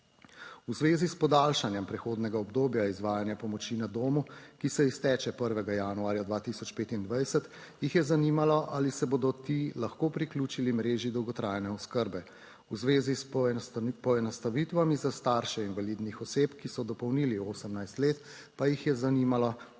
V zvezi s podaljšanjem prehodnega obdobja izvajanja pomoči na domu, ki se izteče 1. januarja 2025, jih je zanimalo, ali se bodo ti lahko priključili mreži dolgotrajne oskrbe. V zvezi s poenostavitvami za starše invalidnih oseb, ki so dopolnili 18 let, pa jih je zanimalo kakšne